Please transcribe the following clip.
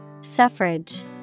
Suffrage